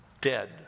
Dead